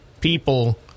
people